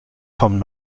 kommen